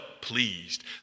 pleased